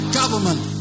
government